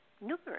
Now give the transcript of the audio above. numerous